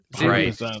Right